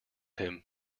him